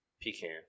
Pecan